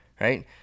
right